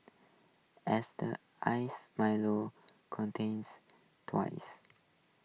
as the iced milo contains twice